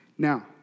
Now